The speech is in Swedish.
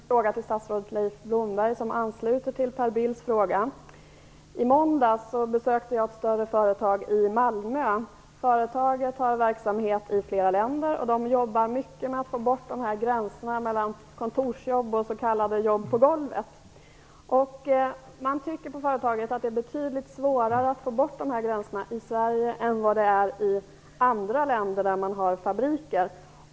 Herr talman! Jag har en fråga till statsrådet Leif Blomberg som ansluter till Per Bills fråga. I måndags besökte jag ett större företag i Malmö. Företaget har verksamhet i flera länder, och man jobbar mycket med att få bort gränserna mellan kontorsjobb och s.k. jobb på golvet. Man tycker på företaget att det är betydligt svårare att få bort de här gränserna i Sverige än vad det är i andra länder där man har fabriker.